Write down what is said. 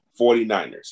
49ers